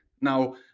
Now